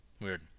Weird